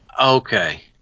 Okay